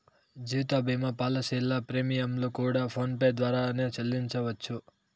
జీవిత భీమా పాలసీల ప్రీమియంలు కూడా ఫోన్ పే ద్వారానే సెల్లించవచ్చు